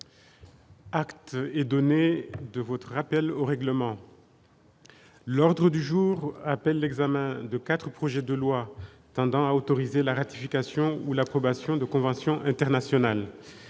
vous est donné de votre rappel au règlement, ma chère collègue. L'ordre du jour appelle l'examen de quatre projets de loi tendant à autoriser la ratification ou l'approbation de conventions internationales.